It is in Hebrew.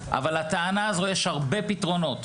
אבל זה לא קורה.